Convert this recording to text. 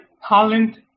Holland